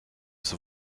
ist